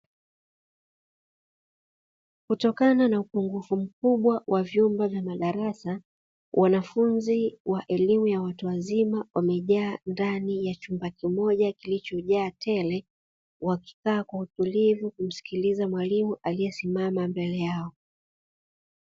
Kutokana na upungufu mkubwa wa vyumba vya madarasa, wanafunzi wa elimu ya watu wazima wamejaa ndani ya chumba kimoja kilichojaa tele, wakikaa kwa utulivu kumsikiliza mwalimu aliyesimama mbele yao.